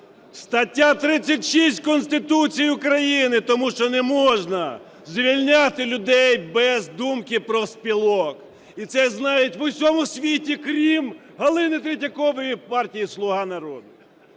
стаття 36 Конституції України. Тому що не можна звільняти людей без думки профспілок. І це знають в усьому світі, крім Галини Третьякової від партії "Слуга народу".